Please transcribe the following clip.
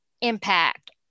impact